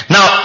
Now